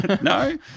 No